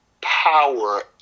power